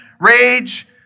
rage